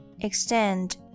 Extend